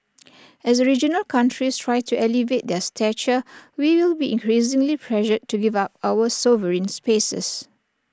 as regional countries try to elevate their stature we will be increasingly pressured to give up our sovereign spaces